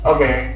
Okay